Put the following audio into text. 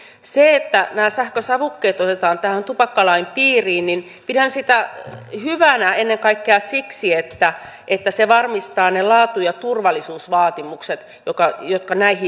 pidän sitä että nämä sähkösavukkeet otetaan tähän tupakkalain piiriin hyvänä ennen kaikkea siksi että se varmistaa ne laatu ja turvallisuusvaatimukset jotka näihin liittyvät